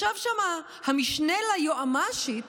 ישב שם המשנה ליועמ"שית